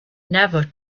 never